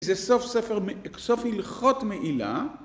זה סוף ספר, סוף הלכות מעילה.